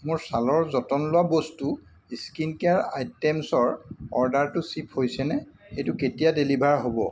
মোৰ ছালৰ যতন লোৱা বস্তুৰ স্কিন কেয়াৰ আইটেমচৰ অৰ্ডাৰটো শ্বিপ হৈছেনে এইটো কেতিয়া ডেলিভাৰ হ'ব